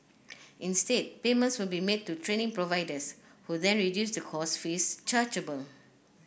instead payments will be made to training providers who then reduce the course fees chargeable